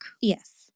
Yes